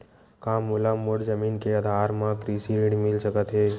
का मोला मोर जमीन के आधार म कृषि ऋण मिल सकत हे?